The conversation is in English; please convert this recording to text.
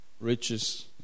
riches